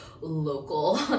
local